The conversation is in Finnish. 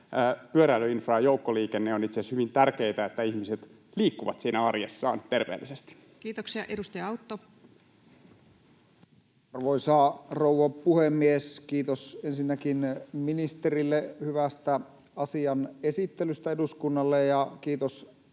pyöräilyinfra ja joukkoliikenne ovat itse asiassa hyvin tärkeitä, että ihmiset liikkuvat siinä arjessaan terveellisesti. Kiitoksia. — Edustaja Autto. Arvoisa rouva puhemies! Kiitos ensinnäkin ministerille hyvästä asian esittelystä eduskunnalle, ja kiitos